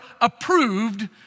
approved